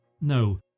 No